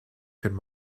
could